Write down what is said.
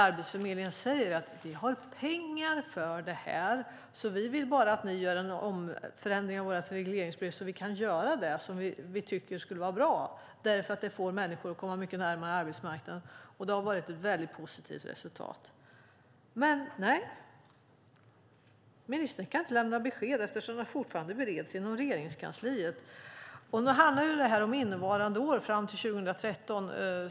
Arbetsförmedlingen säger att de har pengar för detta. De vill att ni gör en förändring av deras regleringsbrev så att de kan göra det och som de tycker skulle vara bra därför att det får människor att komma mycket närmare arbetsmarknaden. Det har gett ett väldigt positivt resultat. Men nej, ministern kan inte lämna besked eftersom ärendet fortfarande bereds inom Regeringskansliet. Det handlar om innevarande år, 2013.